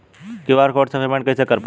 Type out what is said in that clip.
QR code से payment कईसे कर पाएम?